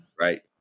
Right